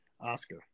Oscar